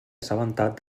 assabentat